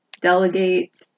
Delegate